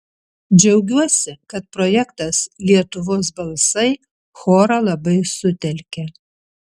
džiaugiuosi kad projektas lietuvos balsai chorą labai sutelkė